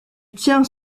tient